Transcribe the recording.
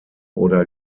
oder